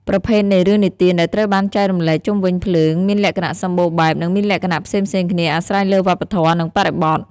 ប្រភេទនៃរឿងនិទានដែលត្រូវបានចែករំលែកជុំវិញភ្លើងមានលក្ខណៈសម្បូរបែប និងមានលក្ខណៈផ្សេងៗគ្នាអាស្រ័យលើវប្បធម៌ និងបរិបទ។